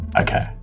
Okay